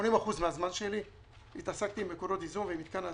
80% מהזמן שלי התעסקתי עם מקורות ייזום ועם מתקן ההתפלה.